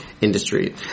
industry